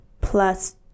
plus